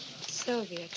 Sylvia